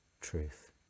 truth